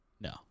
no